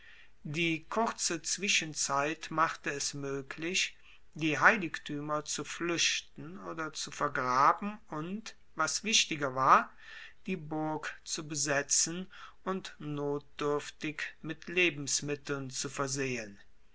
die kurze zwischenzeit machte es moeglich die heiligtuemer zu fluechten oder zu vergraben und was wichtiger war die burg zu besetzen und notduerftig mit lebensmitteln zu versehen